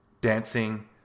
dancing